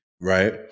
right